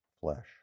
flesh